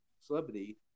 celebrity